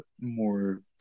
more